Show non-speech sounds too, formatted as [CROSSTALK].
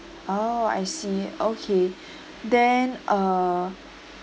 oh I see okay [BREATH] then uh